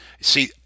See